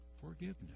Forgiveness